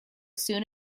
soon